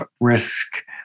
risk